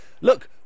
Look